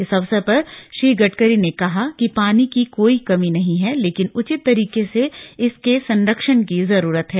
इस अवसर पर श्री गडकरी ने कहा कि पानी की कोई कमी नहीं है लेकिन उचित तरीके से इसके संरक्षण की जरूरत है